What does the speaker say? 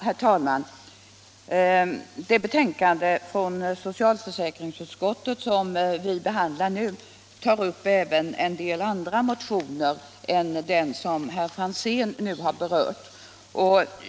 Herr talman! Det betänkande från socialförsäkringsutskottet som vi nu behandlar tar upp även en del andra motioner än den som herr Franzén har berört.